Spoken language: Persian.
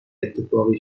اتفاقی